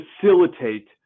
facilitate